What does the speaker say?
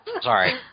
Sorry